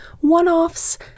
one-offs